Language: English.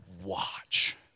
watch